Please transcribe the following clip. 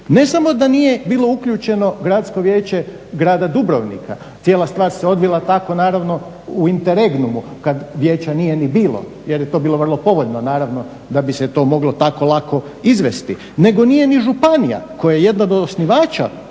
Ne samo da nije bilo uključeno Gradsko vijeće grada Dubrovnika, cijela stvar se odvila tako naravno u interegnumu kada vijeća nije ni bilo jer je to bilo vrlo povoljno, naravno da bi se to moglo tako lako izvesti nego nije ni županija koja je jedna od osnivača